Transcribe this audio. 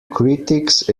critics